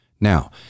Now